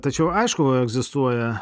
tačiau aišku egzistuoja